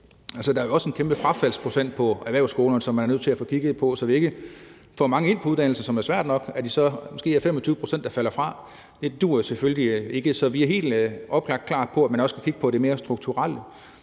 der er jo også en kæmpe frafaldsprocent på erhvervsskolerne, som man er nødt til at få kigget på, så vi ikke får mange ind på uddannelserne, hvilket er svært nok, og det så måske er 25 pct., der falder fra. Det duer selvfølgelig ikke. Så vi er helt oplagt klar på, at man også skal kigge på det mere strukturelle.